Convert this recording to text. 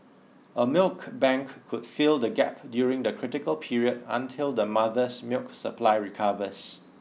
a milk bank could fill the gap during the critical period until the mother's milk supply recovers